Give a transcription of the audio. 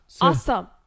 Awesome